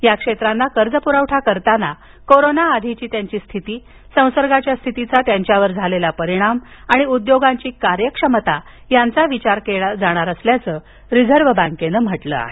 या क्षेत्रांना कर्ज पुरवठा करताना कोरोना आधीची त्यांची स्थिती संसर्गाच्या स्थितीचा त्यांच्यावर झालेला परिणाम आणि उद्योगांची कार्यक्षमता यांचा विचार केला जाणार असल्याचं रिझर्व्ह बँकेनं म्हटलं आहे